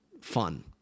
fun